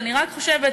כשאני רק חושבת,